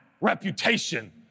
reputation